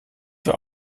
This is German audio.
für